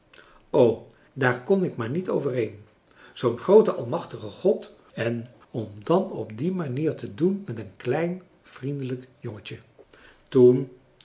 daar kon ik maar niet overheen zoo'n groote almachtige god en om dan op die manier te doen met een klein vriendelijk jongetje toen